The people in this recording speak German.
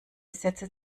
sätze